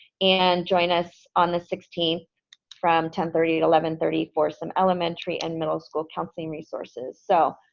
and join us on the sixteenth from ten thirty to eleven thirty for some elementary and middle school counseling resources. so,